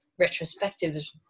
retrospectives